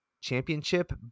Championship